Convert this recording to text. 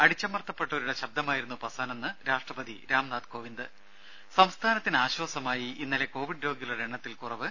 അടിച്ചമർത്തപ്പെട്ടവരുടെ ശബ്ദമായിരുന്നു പസ്വാനെന്ന് രാഷ്ട്രപതി രാംനാഥ് കോവിന്ദ് ത സംസ്ഥാനത്തിന് ആശ്വാസമായി ഇന്നലെ കോവിഡ് രോഗികളുടെ എണ്ണത്തിൽ കുറവ്